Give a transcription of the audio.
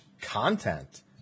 content